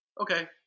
okay